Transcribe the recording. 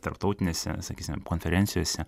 tarptautinėse sakysime konferencijose